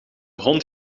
hond